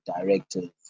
directors